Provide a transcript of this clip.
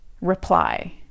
reply